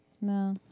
No